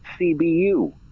CBU